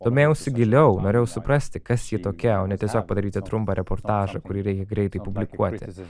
domėjausi giliau norėjau suprasti kas ji tokia o ne tiesiog padaryti trumpą reportažą kurį reikia greitai publikuoti